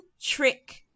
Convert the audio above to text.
trick